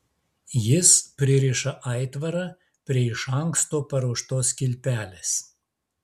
jis pririša aitvarą prie iš anksto paruoštos kilpelės